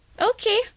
okay